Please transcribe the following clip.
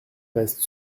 reste